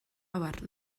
abar